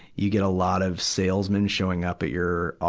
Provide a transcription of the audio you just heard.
you get a lot of salesmen showing up at your of,